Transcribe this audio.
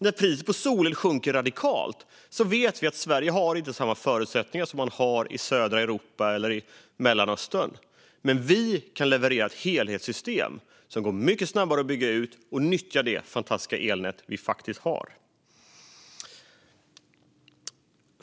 När priset på solel sjunker radikalt vet vi att Sverige inte har samma förutsättningar som man har i södra Europa eller i Mellanöstern. Men vi kan leverera ett helhetssystem som går mycket snabbare att bygga ut och nyttjar det fantastiska elnät vi faktiskt har.